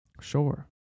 sure